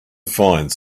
finds